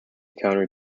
counter